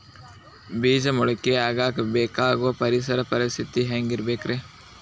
ಬೇಜ ಮೊಳಕೆಯಾಗಕ ಬೇಕಾಗೋ ಪರಿಸರ ಪರಿಸ್ಥಿತಿ ಹ್ಯಾಂಗಿರಬೇಕರೇ?